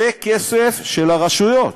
זה כסף של הרשויות,